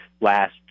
last